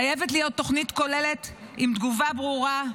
חייבת להיות תוכנית כוללת, עם תגובה ברורה,